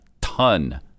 ton